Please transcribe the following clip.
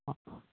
ہاں